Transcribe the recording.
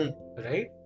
right